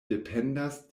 dependas